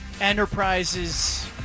enterprises